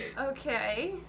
Okay